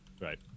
Right